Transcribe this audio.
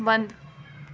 بند